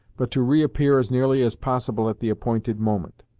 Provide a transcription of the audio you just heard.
but to reappear as nearly as possible at the appointed moment.